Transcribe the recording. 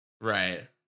right